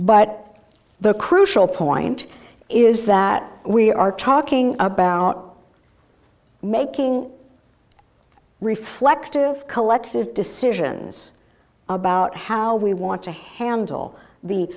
but the crucial point is that we are talking about making reflective collective decisions about how we want to handle the